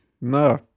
no